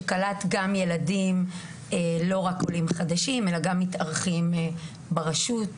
שקלטו גם ילדים שהם לא רק עולים חדשים אלא גם מתארחים ברשות.